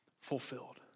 fulfilled